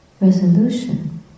resolution